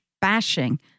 bashing